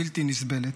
בלתי נסבלת.